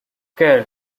kerr